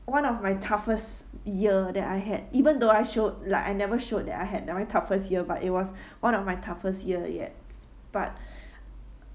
one of my toughest year that I had even though I showed like I never showed that I had that's my toughest year but it was one of my toughest year yet but